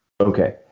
Okay